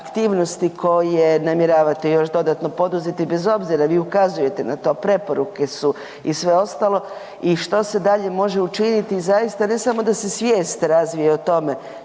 aktivnosti koje namjeravate još dodatno poduzeti, bez obzira vi ukazujete na to, preporuke su i sve ostalo i što se dalje može učiniti, zaista, ne samo da se svijest razvije o tome